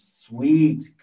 sweet